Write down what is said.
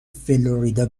فلوریدا